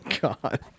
God